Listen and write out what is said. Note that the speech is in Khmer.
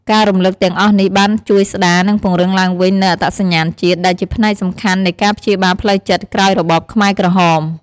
ការរំឭកទាំងអស់នេះបានជួយស្តារ និងពង្រឹងឡើងវិញនូវអត្តសញ្ញាណជាតិ ដែលជាផ្នែកសំខាន់នៃការព្យាបាលផ្លូវចិត្តក្រោយរបបខ្មែរក្រហម។